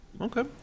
okay